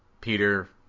Peter